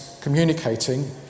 communicating